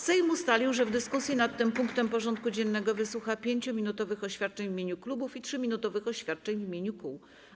Sejm ustalił, że w dyskusji nad tym punktem porządku dziennego wysłucha 5-minutowych oświadczeń w imieniu klubów i 3-minutowych oświadczeń w imieniu kół.